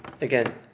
again